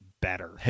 better